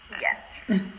Yes